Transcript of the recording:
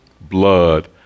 blood